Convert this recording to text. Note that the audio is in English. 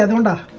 ah and